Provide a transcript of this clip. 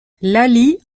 laly